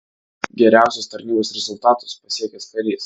geriausius tarnybos rezultatus pasiekęs karys